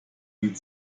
lied